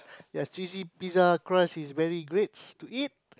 there's cheesy pizza crust is very greats to eat